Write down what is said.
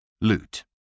Loot